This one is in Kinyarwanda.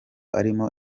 arimo